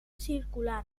circular